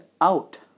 out